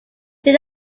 did